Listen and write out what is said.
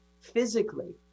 physically